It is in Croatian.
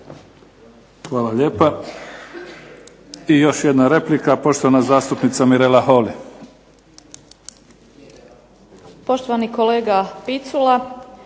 Hvala lijepa. I još jedna replika, poštovana zastupnica Mirela Holy.